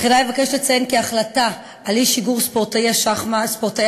תחילה אבקש לציין כי החלטה על אי-שיגור ספורטאי השחמט